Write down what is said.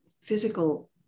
physical